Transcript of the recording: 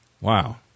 Wow